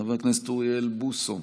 חבר הכנסת אוריאל בוסו,